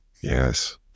Yes